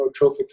neurotrophic